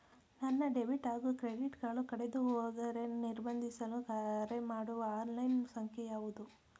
ನನ್ನ ಡೆಬಿಟ್ ಹಾಗೂ credit card ಕಳೆದುಹೋದರೆ ನಿರ್ಬಂಧಿಸಲು ಕರೆಮಾಡುವ ಆನ್ಲೈನ್ ಸಂಖ್ಯೆಯಾವುದು?